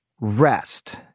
rest